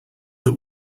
that